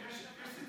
אבל יש סיטואציה